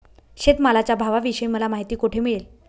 शेतमालाच्या भावाविषयी मला माहिती कोठे मिळेल?